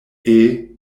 kiel